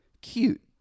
cute